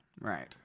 Right